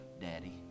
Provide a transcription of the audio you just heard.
daddy